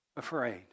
Afraid